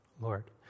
Lord